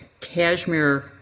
cashmere